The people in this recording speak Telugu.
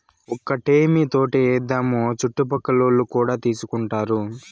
ఒక్కటేమీ తోటే ఏద్దాము చుట్టుపక్కలోల్లు కూడా తీసుకుంటారు